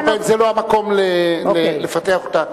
על כל פנים, זה לא המקום לפתח אותה.